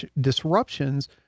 disruptions